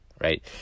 right